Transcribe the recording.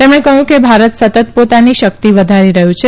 તેમણે કહયું કે ભારત સતત પોતાની શકિત વધારી રહયું છે